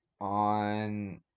on